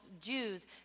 Jews